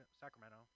Sacramento